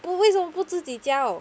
不为什么不自己教